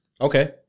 Okay